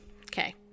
Okay